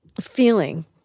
feeling